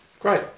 Great